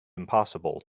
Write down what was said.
impossible